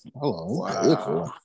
Hello